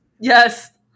Yes